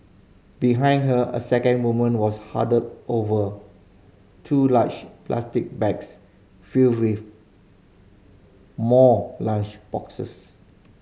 behind her a second woman was huddled over two large plastic bags filled with more lunch boxes